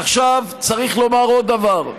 עכשיו צריך לומר עוד דבר: